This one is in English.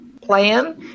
plan